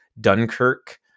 Dunkirk